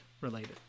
related